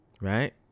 right